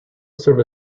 serve